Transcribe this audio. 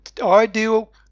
ideal